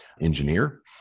engineer